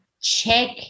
check